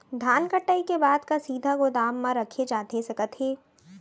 धान कटाई के बाद का सीधे गोदाम मा रखे जाथे सकत हे?